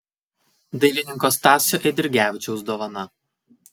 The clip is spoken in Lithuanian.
dailininko stasio eidrigevičiaus dovana